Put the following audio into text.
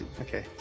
Okay